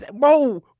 Bro